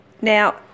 Now